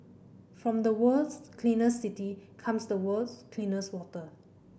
from the world's cleaner city comes the world's cleanest water